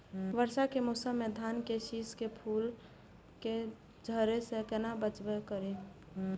वर्षा के मौसम में धान के शिश के फुल के झड़े से केना बचाव करी?